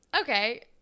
Okay